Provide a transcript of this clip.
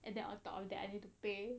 and then on top of that I need to pay